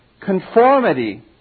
conformity